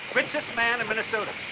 richest man in minnesota.